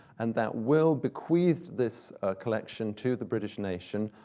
and that will bequeathed this collection to the british nation,